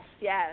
yes